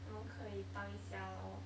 我们可以帮一下 lor